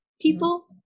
people